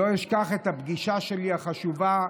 לא אשכח את הפגישה החשובה שלי